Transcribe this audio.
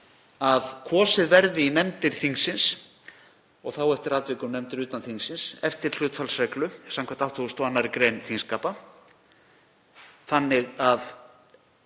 að kosið verði í nefndir þingsins, og þá eftir atvikum nefndir utan þingsins, eftir hlutfallsreglu, samkvæmt 82. gr. þingskapa þannig að